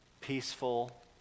peaceful